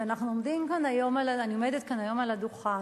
ואני עומדת כאן היום על הדוכן,